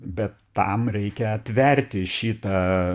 bet tam reikia atverti šitą